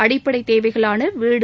அடிப்படை தேவைகளான வீடு